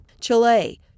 Chile